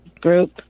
group